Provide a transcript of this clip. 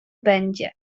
będzie